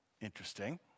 Interesting